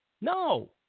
no